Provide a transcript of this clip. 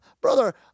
Brother